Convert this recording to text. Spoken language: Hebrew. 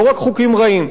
לא רק חוקים רעים.